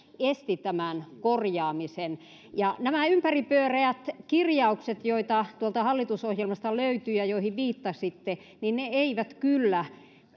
esti tämän korjaamisen nämä ympäripyöreät kirjaukset joita tuolta hallitusohjelmasta löytyy ja joihin viittasitte eivät kyllä